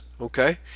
okay